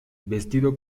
vestido